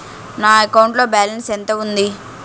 నా అకౌంట్ లో బాలన్స్ ఎంత ఉంది?